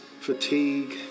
fatigue